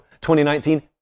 2019